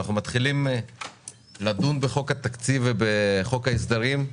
אנחנו מתחילים לדון בחוק התקציב ובחוק ההסדרים,